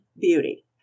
beauty